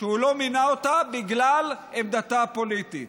הוא לא מינה אותה בגלל עמדתה הפוליטית.